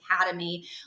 Academy